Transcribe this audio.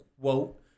quote